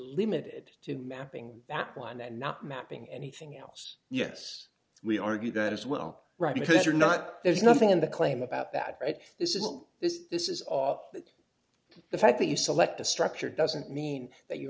limited to mapping that line and not mapping anything else yes we argue that as well right because you're not there's nothing in the claim about that right this is well this this is all the fact that you select a structure doesn't mean that you're